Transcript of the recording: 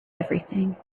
everything